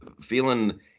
feeling